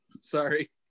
Sorry